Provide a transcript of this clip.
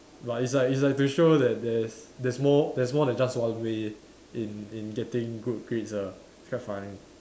but it's like it's like to show that there is there's more there's more than just one way in in getting good grades ah quite funny